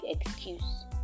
excuse